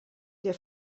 der